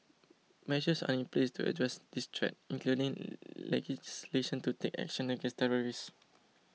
measures are in place to address this threat including legislation to take action against terrorists